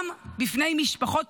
גם בפני משפחות